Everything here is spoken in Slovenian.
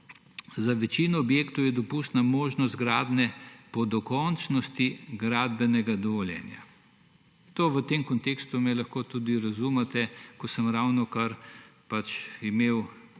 »za večino objektov je dopustna možnost gradnje po dokončnosti gradbenega dovoljenja«. To v tem kontekstu me lahko tudi razumete, ko sem ravnokar imel